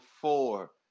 four